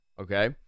okay